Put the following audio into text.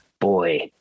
boy